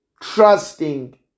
Trusting